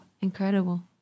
Incredible